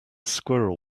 squirrel